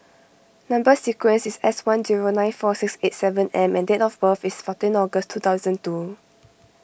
Number Sequence is S one zero nine four six eight seven M and date of birth is fourteen August two thousand two